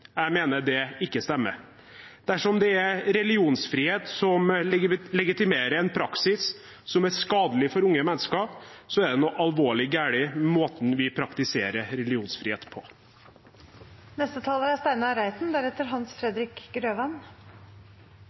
Jeg mener det ikke stemmer. Dersom det er religionsfrihet som legitimerer en praksis som er skadelig for unge mennesker, er det noe alvorlig galt med måten vi praktiserer religionsfrihet på.